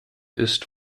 ist